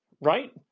right